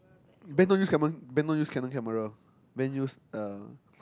then don't use camera then don't use Canon camera then use the